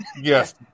Yes